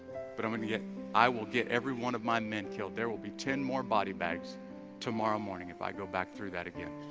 but i'm gonna get i will get every one of my, men killed there will be ten more body bags tomorrow, morning if i go back through that, again,